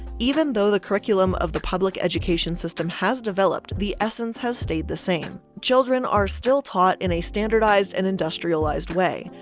even though the curriculum of the public education system has developed, the essence has stayed the same. children are still taught in a standardized and industrialized way.